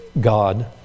God